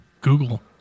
Google